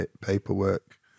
paperwork